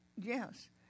Yes